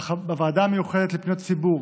בוועדה המיוחדת לפניות הציבור